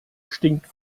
stinkt